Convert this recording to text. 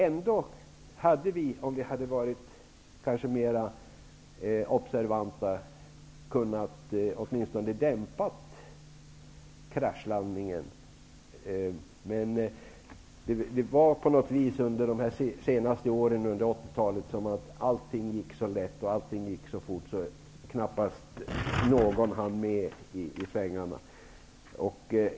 Ändå hade vi, om vi hade varit mer observanta, kunnat åtminstone dämpa kraschlandningen. Men under de senaste åren på 1980-talet gick allting så lätt och fort. Knappast någon hann med i svängarna.